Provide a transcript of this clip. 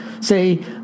say